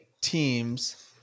teams